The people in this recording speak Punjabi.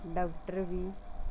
doctor we